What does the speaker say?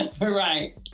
Right